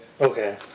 Okay